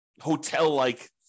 hotel-like